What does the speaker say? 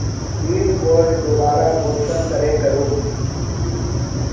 Pin code दोबारा कुंसम करे करूम?